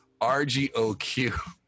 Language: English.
RGOQ